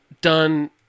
done